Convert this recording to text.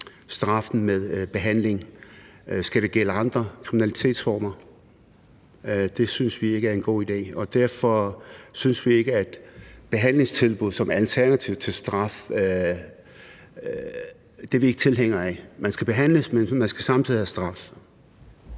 straffen med behandling. Skal det så også gælde andre kriminalitetsformer? Det synes vi ikke er en god idé. Derfor er vi ikke tilhængere af behandlingstilbuddet som alternativ til straf. Man skal behandles, men man skal samtidig have en straf.